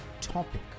topic